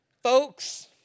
Folks